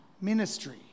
ministry